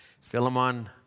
Philemon